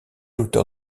auteur